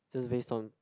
just based on